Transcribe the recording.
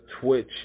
Twitch